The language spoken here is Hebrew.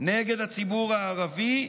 נגד הציבור הערבי,